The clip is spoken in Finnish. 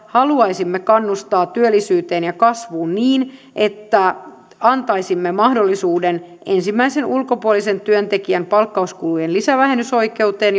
haluaisimme kannustaa työllisyyteen ja kasvuun niin että antaisimme mahdollisuuden ensimmäisen ulkopuolisen työntekijän palkkauskulujen lisävähennysoikeuteen